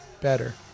better